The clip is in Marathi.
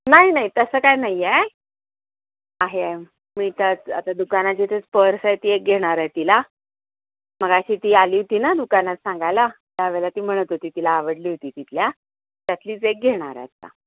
नाही नाही तसं काय नाही आहे आहे मी त्याच आता दुकानाची इथं पर्स आहे ती एक घेणार आहे तिला मगाशी ती आली होती ना दुकानात सांगायला त्यावेळेला ती म्हणत होती तिला आवडली होती तिथल्या त्यातलीच एक घेणार आता